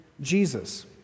Jesus